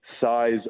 size